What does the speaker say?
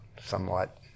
somewhat